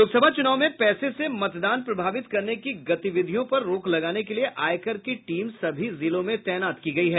लोकसभा चुनाव में पैसे से मतदान प्रभावित करने की गतिविधियों पर रोक लगाने के लिए आयकर की टीम सभी जिलों में तैनात की गयी है